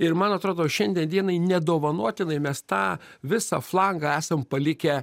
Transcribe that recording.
ir man atrodo šiandian dienai nedovanotinai mes tą visą flangą esam palikę